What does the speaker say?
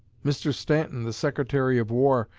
mr. stanton, the secretary of war,